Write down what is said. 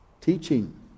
teaching